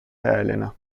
elena